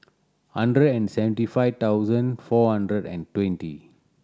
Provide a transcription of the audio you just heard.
hundred and seventy five thousand four hundred and twenty